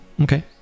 Okay